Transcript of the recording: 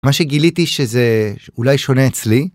‫מה שגיליתי שזה אולי שונה אצלי.